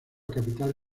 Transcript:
capital